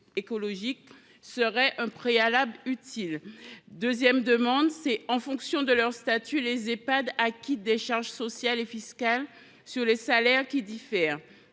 écologique serait un préalable utile. J’en viens à l’amendement n° 1287. En fonction de leur statut, les Ehpad acquittent des charges sociales et fiscales sur les salaires qui diffèrent.